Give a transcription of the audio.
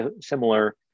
similar